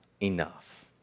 enough